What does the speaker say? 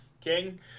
King